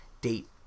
date